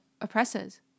oppressors